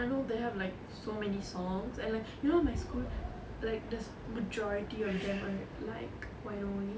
I know they have like so many songs and like you know my school like the majority of them are like why don't we ya actually